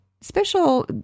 special